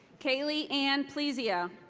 kaeli anne plezia.